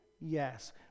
Yes